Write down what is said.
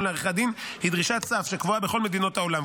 לעריכת דין היא דרישת סף שקבועה בכל מדינות העולם.